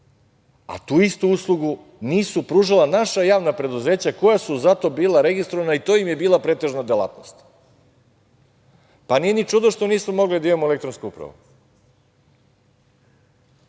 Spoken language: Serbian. a tu istu uslugu nisu pružala naša javna preduzeća koja su za to bila registrovana i to im je bila pretežna delatnost. Nije ni čudo što nismo mogli da imamo elektronsku